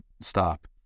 stop